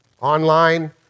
online